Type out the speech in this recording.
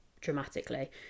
dramatically